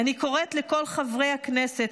אני קוראת לכל חברי הכנסת,